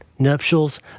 Nuptials